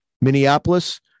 Minneapolis